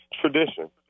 tradition